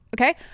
okay